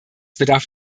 bedarf